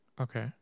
Okay